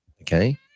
Okay